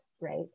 right